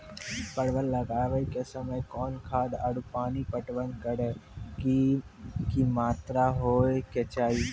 परवल लगाबै के समय कौन खाद आरु पानी पटवन करै के कि मात्रा होय केचाही?